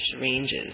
ranges